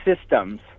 systems